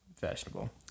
fashionable